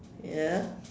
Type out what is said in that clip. ya